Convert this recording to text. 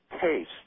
taste